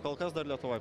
kol kas dar lietuvoj